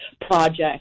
project